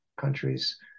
countries